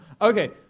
Okay